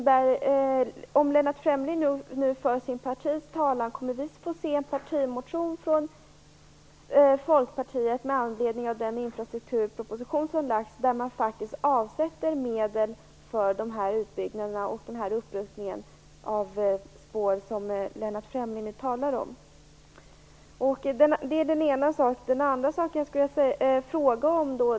Om Lennart Fremling nu för sitt partis talan, kommer vi då att få se en partimotion från Folkpartiet med anledning av den infrastrukturproposition som lagts fram där man faktiskt avsätter medel för de utbyggnader och den upprustning av spår som Lennart Fremling talar om? Jag vill också ställa en annan fråga.